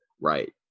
Right